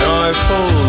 Joyful